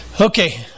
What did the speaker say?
Okay